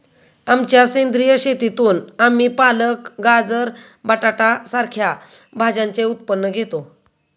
आमच्या सेंद्रिय शेतीतून आम्ही पालक, गाजर, बटाटा सारख्या भाज्यांचे उत्पन्न घेतो